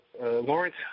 Lawrence